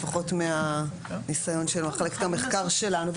לפחות מהניסיון של מחלקת המחקר שלנו,